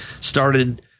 started